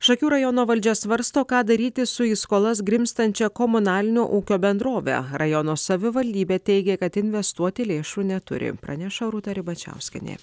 šakių rajono valdžia svarsto ką daryti su į skolas grimztančia komunalinio ūkio bendrove rajono savivaldybė teigia kad investuoti lėšų neturi praneša rūta ribačiauskienė